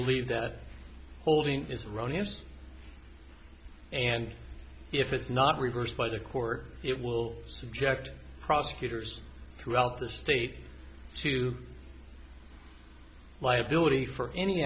believe that holding is erroneous and if it's not reversed by the court it will subject prosecutors throughout the state to liability for any